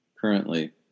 currently